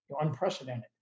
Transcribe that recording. unprecedented